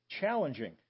challenging